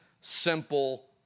simple